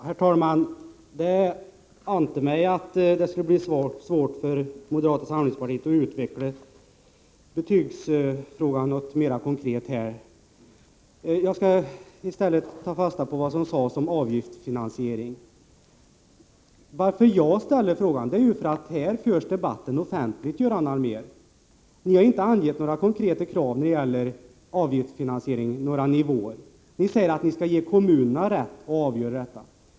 Herr talman! Det ante mig att det skulle bli svårt för er i moderata samlingspartiet att utveckla resonemanget i betygsfrågan litet mera konkret. Jag skall i stället ta fasta på vad som sades om avgiftsfinansieringen. Anledningen till att jag ställde min fråga är att den här debatten förs offentligt, Göran Allmér. Ni har inte angivit några konkreta krav när det gäller olika nivåer av avgiftsfinansieringen. Ni säger att ni är beredda att låta kommunerna avgöra detta.